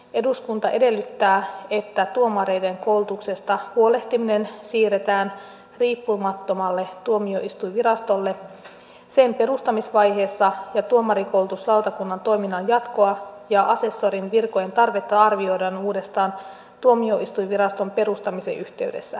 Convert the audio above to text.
eduskunta edellyttää että tuomareiden koulutuksesta huolehtiminen siirretään riippumattomalle tuomioistuinvirastolle sen perustamisvaiheessa ja tuomarikoulutuslautakunnan toiminnan jatkoa ja asessorin virkojen tarvetta arvioidaan uudestaan tuomioistuinviraston perustamisen yhteydessä